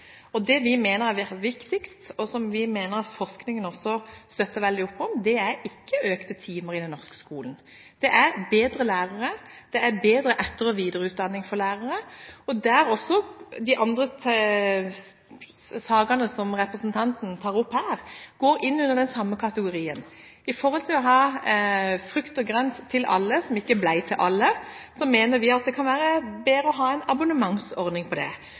skole. Det vi mener har vært viktigst, og som vi mener at forskningen også støtter veldig opp om, er ikke økte timer i den norske skolen, men det er bedre lærere, det er bedre etter- og videreutdanning for lærere. Også de andre sakene som representanten tar opp her, går inn under den samme kategorien. Istedenfor å ha frukt og grønt til alle – som ikke ble til alle – mener vi at det kan være bedre å ha en abonnementsordning på det.